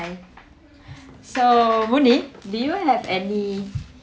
so morning did you have any